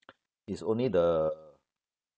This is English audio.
it's only the